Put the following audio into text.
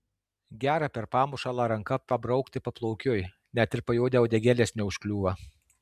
gera per pamušalą ranka pabraukti paplaukiui net ir pajuodę uodegėlės neužkliūva